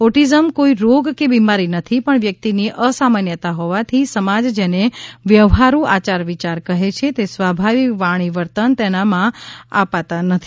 autism કોઇ રોગ કે બિમારી નથી પણ વ્યક્તિની અસામાન્યતા હોવાથી સમાજ જેને વ્યવહારૃ આચાર વિયાર કહે છે તે સ્વાભાવિક વાણી વર્તન તેનામાં આપતાં નથી